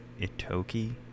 Itoki